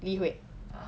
ah